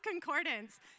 Concordance